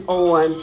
on